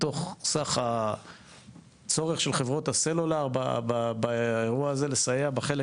מתוך הצורך של חברות הסלולר באירוע הזה לסייע בחלק